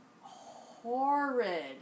horrid